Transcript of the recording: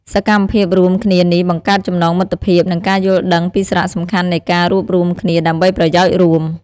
សកម្មភាពរួមគ្នានេះបង្កើតចំណងមិត្តភាព និងការយល់ដឹងពីសារៈសំខាន់នៃការរួបរួមគ្នាដើម្បីប្រយោជន៍រួម។